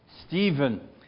Stephen